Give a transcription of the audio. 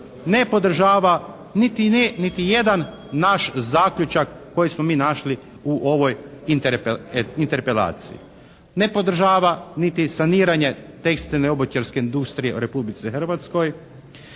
ne podržava niti jedan naš zaključka koji smo mi našli u ovoj interpelaciji, ne podržava niti saniranje tekstilne obućarske industrije u Republici Hrvatskoj,